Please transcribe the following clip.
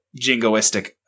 jingoistic